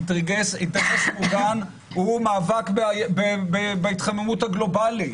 אינטרס מוגן הוא מאבק בהתחממות הגלובלית,